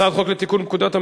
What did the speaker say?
ובכן, הצעת חוק התכנון והבנייה (תיקון מס' 98)